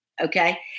Okay